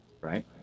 right